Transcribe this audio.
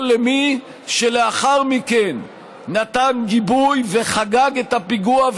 או למי שלאחר מכן נתן גיבוי וחגג את הפיגוע,